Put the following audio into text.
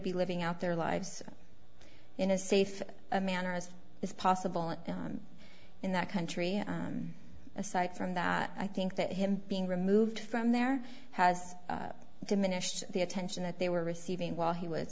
be living out their lives in a safe a manner as is possible in that country aside from that i think that him being removed from there has diminished the attention that they were receiving while he was